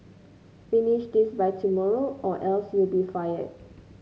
finish this by tomorrow or else you'll be fired